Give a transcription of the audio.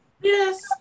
Yes